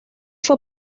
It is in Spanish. fue